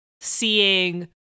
seeing